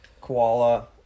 Koala